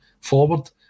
forward